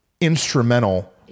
instrumental